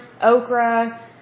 okra